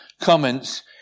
comments